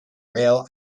rail